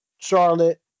Charlotte